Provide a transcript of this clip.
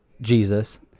Jesus